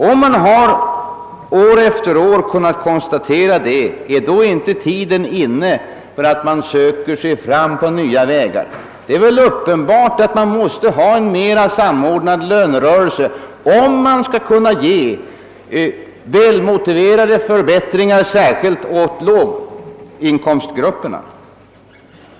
Om man år efter år kunnat konstatera detta, är då inte tiden inne att söka sig fram på nya vägar? Det är väl uppenbart, att man måste ha en mer samordnad lönerörelse, om man skall kunna ge välmotiverade förbättringar särskilt åt låginkomstgrupperna.